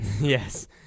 yes